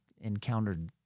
encountered